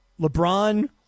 LeBron